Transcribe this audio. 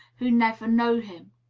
who never know him.